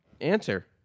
answer